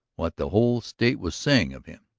what the whole state was saying of him.